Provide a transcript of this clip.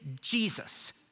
Jesus